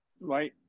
right